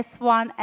S1